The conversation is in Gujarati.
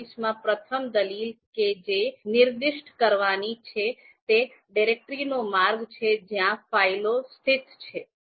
files માં પ્રથમ દલીલ કે જે નિર્દિષ્ટ કરવાની છે તે ડિરેક્ટરીનો માર્ગ છે જ્યાં ફાઇલો સ્થિત છે